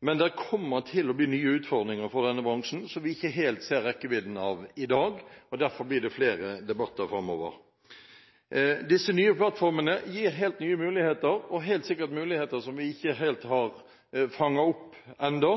men det kommer til å bli nye utfordringer for denne bransjen som vi ikke helt ser rekkevidden av i dag, og derfor blir det flere debatter framover. Disse nye plattformene gir nye muligheter og helt sikkert muligheter vi ikke har fanget opp ennå.